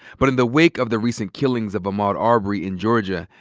but in the wake of the recent kills of ahmaud arbery in georgia,